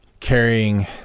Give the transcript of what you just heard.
Carrying